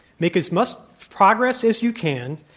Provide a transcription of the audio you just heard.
make as much progress as you can,